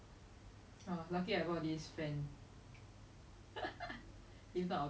eighteen case err eighteen K like followers um more or less but then the account is expired